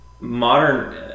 modern